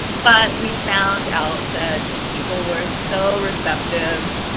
but we found out that people were so receptive,